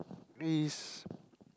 please